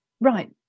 Right